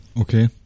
Okay